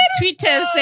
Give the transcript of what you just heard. Twitter